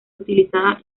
utilizada